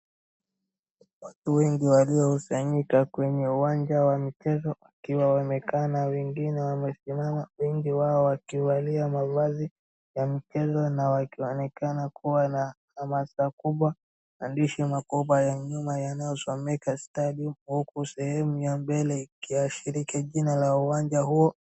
Watu wengi waliousanyika kwenye uwanja wakiwa wamekaa na wengine wamesimama, wakiwa wamevalia mavazi ya michezo na wakionekana kuwa na hamasa kubwa, maandishi makubwa ya nyuma yanayosomeka stadium , na nyuma, na sehemu ya mbele ikiashilika jina la uwanja huo.